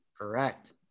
Correct